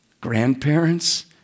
grandparents